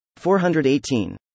418